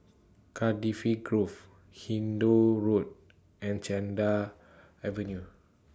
Cardifi Grove Hindoo Road and Cedar Avenue